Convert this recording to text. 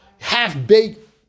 half-baked